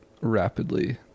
rapidly